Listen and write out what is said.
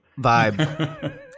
Vibe